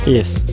yes